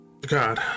God